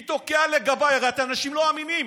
מי תוקע, הרי אתם אנשים לא אמינים.